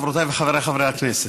חברותיי וחבריי חברי הכנסת,